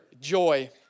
joy